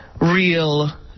real